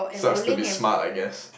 sucks to be smart I guess